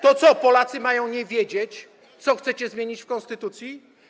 To co, Polacy mają nie wiedzieć, co chcecie zmienić w konstytucji?